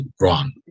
wrong